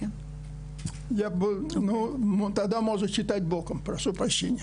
אומר דברים בשפה הרוסית.